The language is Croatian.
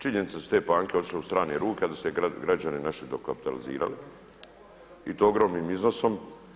Činjenica da su te banke otišle u strane ruke, a da su se građani naši dokapitalizirali i to ogromnim iznosom.